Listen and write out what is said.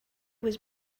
was